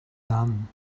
done